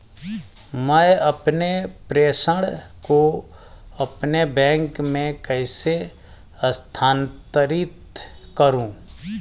मैं अपने प्रेषण को अपने बैंक में कैसे स्थानांतरित करूँ?